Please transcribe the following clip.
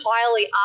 entirely